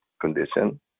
condition